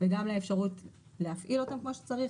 וגם לאפשרות להפעיל אותם כמו שצריך